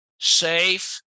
safe